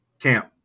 Camp